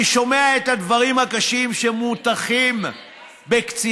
אני שומע את הדברים הקשים שמוטחים בקציני